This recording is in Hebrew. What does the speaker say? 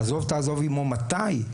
"עזוב תעזוב עימו", מתי?